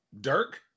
Dirk